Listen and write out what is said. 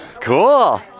Cool